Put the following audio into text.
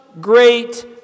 great